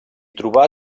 trobà